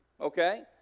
okay